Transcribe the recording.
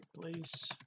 place